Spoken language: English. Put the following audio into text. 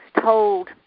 told